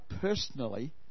personally